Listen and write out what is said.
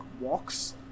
walks